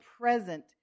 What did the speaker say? present